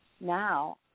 Now